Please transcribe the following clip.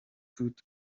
could